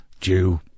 Jew